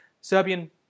Serbian